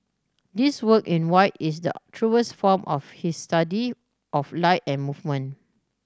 this work in white is the truest form of his study of light and movement